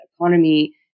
economy